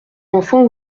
enfants